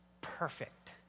perfect